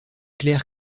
clair